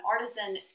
artisan